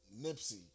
Nipsey